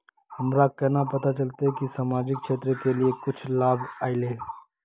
हमरा केना पता चलते की सामाजिक क्षेत्र के लिए कुछ लाभ आयले?